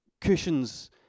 cushions